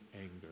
anger